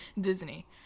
Disney